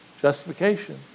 Justification